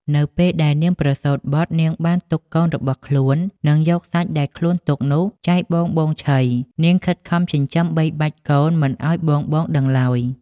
នៅពេលដែលនាងប្រសូតបុត្រ នាងបានទុកកូនរបស់ខ្លួន និងយកសាច់ដែលខ្លួនទុកនោះចែកបងៗឆី នាងខិតខំចិញ្ចឹមបីបាច់កូនមិនឲ្យបងៗដឹងឡើយ។